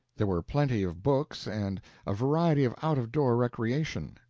there were plenty of books and a variety of out-of-door recreation.